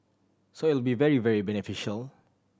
so it will be very very beneficial